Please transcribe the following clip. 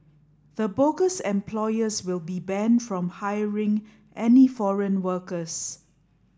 the bogus employers will be banned from hiring any foreign workers